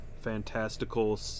fantastical